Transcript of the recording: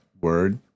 word